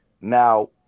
Now